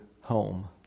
home